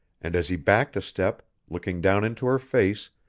and as he backed a step, looking down into her face,